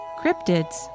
cryptids